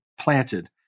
planted